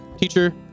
teacher